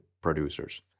producers